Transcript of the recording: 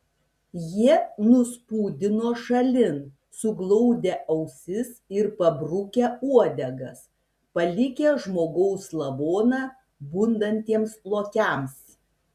jie nuspūdino šalin suglaudę ausis ir pabrukę uodegas palikę žmogaus lavoną bundantiems lokiams